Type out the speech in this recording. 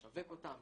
לשווק אותן,